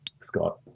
Scott